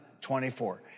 24